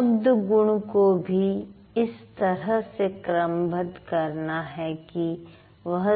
शब्द गुण को भी इस तरह से क्रमबद्ध करना है कि वह